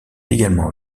également